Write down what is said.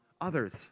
others